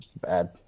bad